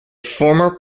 former